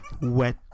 wet